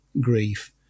grief